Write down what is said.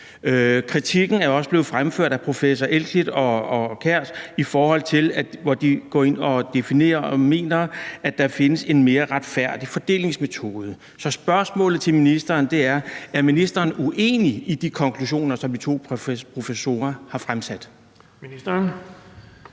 Kritikken er også blevet fremført af professorerne Jørgen Elklit og Ulrik Kjær på den måde, at de mener, at der findes en mere retfærdig fordelingsmetode. Så spørgsmålet til ministeren er: Er ministeren uenig i de konklusioner, som de to professorer har fremsat?